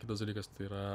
kitas dalykas tai yra